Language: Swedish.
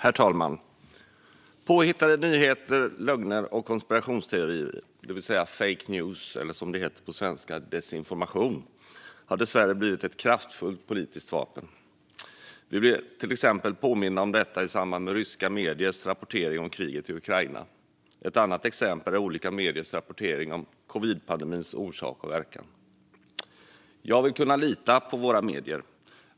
Herr talman! Påhittade nyheter, lögner och konspirationsteorier, det vill säga fake news, eller desinformation, som det heter på svenska, har dessvärre blivit ett kraftfullt politiskt vapen. Vi blev till exempel påminda om detta i samband med ryska mediers rapportering om kriget i Ukraina. Ett annat exempel är olika mediers rapportering om covidpandemins orsak och verkan. Jag vill kunna lita på våra medier.